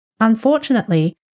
Unfortunately